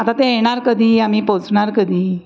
आता ते येणार कधी आम्ही पोचणार कधी